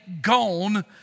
gone